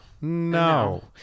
No